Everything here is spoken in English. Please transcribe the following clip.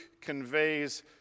conveys